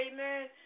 Amen